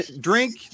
drink